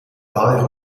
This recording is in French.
pareil